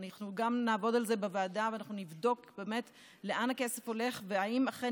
וגם נעבוד על זה בוועדה ונבדוק באמת לאן הכסף הולך והאם אכן